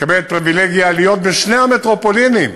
מקבל פריבילגיה להיות בשתי המטרופולינים: